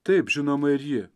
taip žinoma ir ji